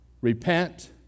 repent